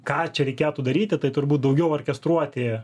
ką čia reikėtų daryti tai turbūt daugiau orkestruoti